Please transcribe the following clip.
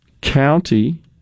county